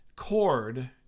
cord